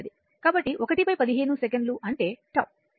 కాబట్టి 115 సెకను అంటే τ